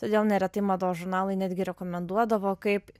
todėl neretai mados žurnalai netgi rekomenduodavo kaip